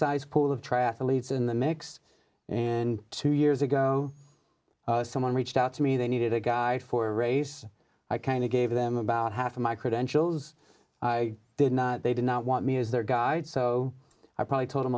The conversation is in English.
sized pool of triathletes in the mix and two years ago someone reached out to me they needed a guy for a race i kind of gave them about half of my credentials i didn't they did not want me as their guide so i probably told them